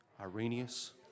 Irenaeus